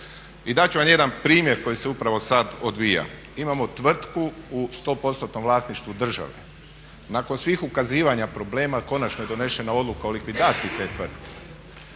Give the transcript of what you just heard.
I dati ću vam jedan primjer koji se upravo sada odvija. Imamo tvrtku u 100%-tnom vlasništvu države. Nakon svih ukazivanja problema konačno je donesena odluka o likvidaciji te tvrtke.